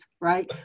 right